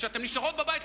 כשאתן נשארות בבית,